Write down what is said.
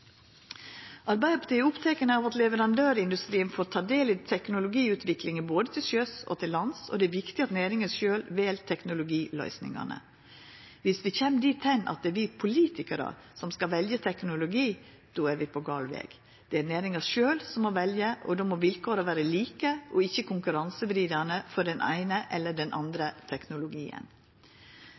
Arbeidarpartiet er oppteke av at leverandørindustrien får ta del i teknologiutviklinga både til sjøs og til lands, og det er viktig at næringa sjølv vel teknologiløysingane. Om vi kjem dit at det er vi politikarar som skal velja teknologi, er vi på galen veg. Det er næringa sjølv som må velja, og då må vilkåra vera like og ikkje konkurransevridande for den eine eller den andre teknologien.